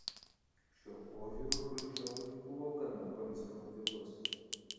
šiuo požiūriu chruščiovas buvo gana konservatyvus